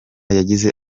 yagize